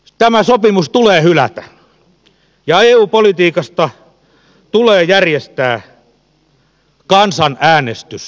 tämä sopimus tulee hylätä ja eu politiikasta tulee järjestää kansanäänestys